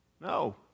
No